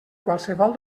qualsevol